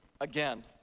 again